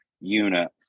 unit